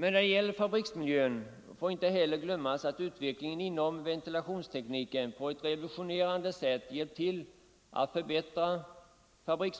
När det gäller fabriksmiljön får vi inte heller glömma att utvecklingen inom ventilationstekniken på ett revolutionerande sätt har hjälpt till att förbättra den, samtidigt